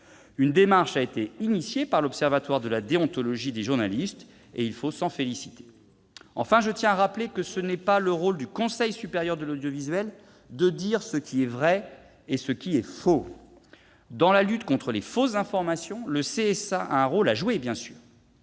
Une démarche a été engagée par l'observatoire de la déontologie des journalistes : il faut s'en féliciter. Enfin, je tiens à rappeler que ce n'est pas le rôle du Conseil supérieur de l'audiovisuel, le CSA, de dire ce qui est vrai et ce qui est faux. Dans la lutte contre les fausses informations, le CSA a un rôle à jouer. Je l'ai